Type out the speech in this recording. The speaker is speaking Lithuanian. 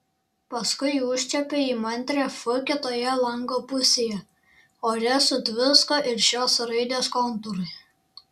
paskui užčiuopė įmantrią f kitoje lango pusėje ore sutvisko ir šios raidės kontūrai